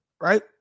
Right